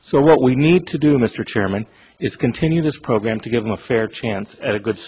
so what we need to do mr chairman is continue this program to give them a fair chance at a good